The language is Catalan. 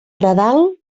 nadal